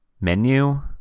menu